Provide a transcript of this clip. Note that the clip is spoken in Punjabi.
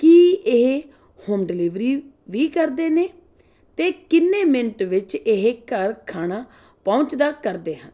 ਕੀ ਇਹ ਹੋਮ ਡਿਲੀਵਰੀ ਵੀ ਕਰਦੇ ਨੇ ਅਤੇ ਕਿੰਨੇ ਮਿੰਟ ਵਿੱਚ ਇਹ ਘਰ ਖਾਣਾ ਪਹੁੰਚਦਾ ਕਰਦੇ ਹਨ